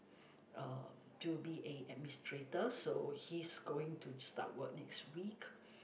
uh to be a administrator so he's going to start work next week